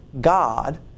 God